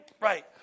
right